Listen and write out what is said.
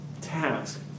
task